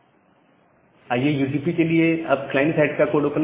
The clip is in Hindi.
Refer Slide time 2937 आइए यूडीपी के लिए अब क्लाइंट साइड का कोड ओपन करते हैं